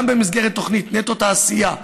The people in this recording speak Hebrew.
גם במסגרת תוכנית נטו תעשייה,